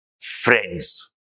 friends